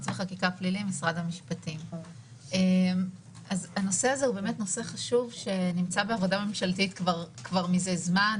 הנושא הזה באמת חשוב ונמצא בעבודה ממשלתית כבר מזה זמן,